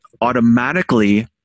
automatically